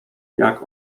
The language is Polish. jak